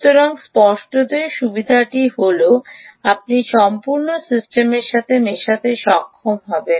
সুতরাং স্পষ্টত সুবিধাটি হল আপনি সম্পূর্ণ সিস্টেমের সাথে মেশাতে সক্ষম হবেন